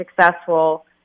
successful